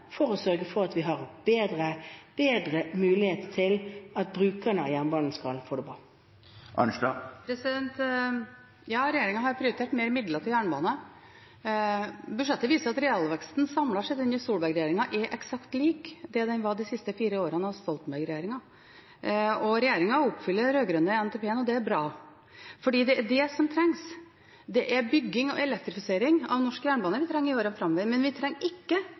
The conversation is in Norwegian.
for å sørge for at vi har bedre mulighet til at brukerne av jernbanen skal få det bra. Ja, regjeringen har prioritert mer midler til jernbane. Budsjettet viser at realveksten samlet sett under Solberg-regjeringen er eksakt lik det den var de siste fire årene av Stoltenberg-regjeringen. Regjeringen oppfyller den rød-grønne NTP-en, og det er bra, fordi det er det som trengs: Det er bygging og elektrifisering av norsk jernbane vi trenger i årene framover, men vi trenger ikke